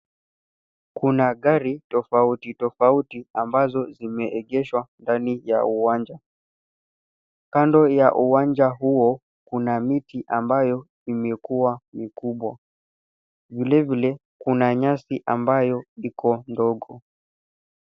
Kuna gari tofauti tofauti ambazo zimeegeshwa ndani ya uwanja . Kando ya uwanja huo, kuna miti ambayo imekuwa mikubwa. Vile vile, kuna nyasi ambayo iko ndogo.